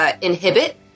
Inhibit